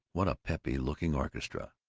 what a peppy-looking orchestra!